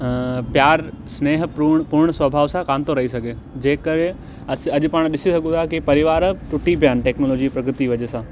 प्यार स्नेह पूर्ण स्वभाव सां कान थो रही सघिजे करे असां अॼु पाणि ॾिसी सघूं था कि परिवार टूटी पिया आहिनि टेक्नोलॉजी प्रगति वजह सां